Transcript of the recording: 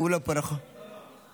הוא לא פה, נכון?